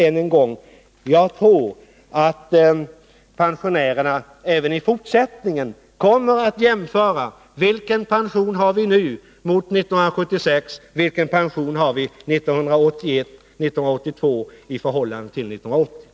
Än en gång: Jag tror att pensionärerna även i fortsättningen kommer att jämföra den pension de har nu med den de hade 1976 och den de får 1981 och 1982 med 1980 års.